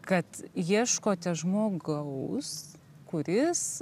kad ieškote žmogaus kuris